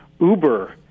Uber